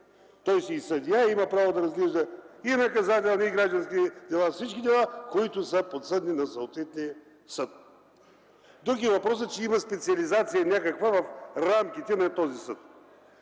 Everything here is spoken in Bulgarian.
Той си е съдия, има право да разглежда наказателни и граждански дела, всички дела, които са подсъдни на съответния съд. Друг е въпросът, че има някаква специализация в рамките на този съд.